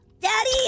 daddy